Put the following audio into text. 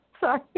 Sorry